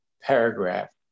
paragraph